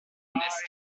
illness